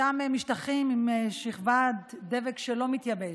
אותם משטחים עם שכבת דבק שלא מתייבש.